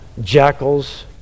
jackals